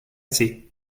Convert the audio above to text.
see